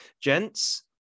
gents